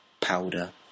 powder